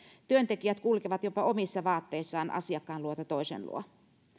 työntekijät kulkevat jopa omissa vaatteissaan asiakkaan luota toisen luo